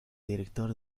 director